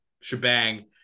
shebang